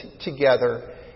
together